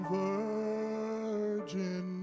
virgin